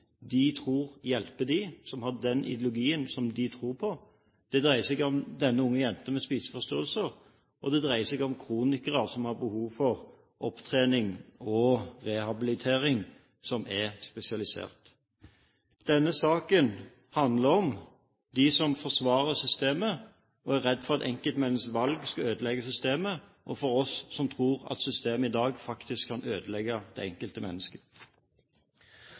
de tror hjelper dem, og som har den ideologien de tror på. Det dreier seg om denne unge jenta med spiseforstyrrelser. Og det dreier seg om kronikere som har behov for spesialisert opptrening og rehabilitering. Denne saken handler om dem som forsvarer systemet, og er redde for at enkeltmenneskets valg skal ødelegge systemet, og om oss som tror at systemet i dag faktisk kan ødelegge det enkelte mennesket.